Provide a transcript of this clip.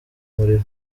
muriro